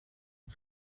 und